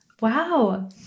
wow